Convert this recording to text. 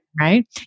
right